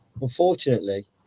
Unfortunately